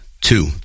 Two